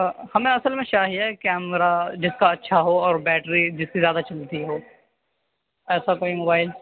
ہمیں اصل میں چاہیے کیمرا جس کا اچھا ہو اور بیٹری جس کی زیادہ چلتی ہو ایسا کوئی موبائل